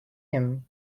him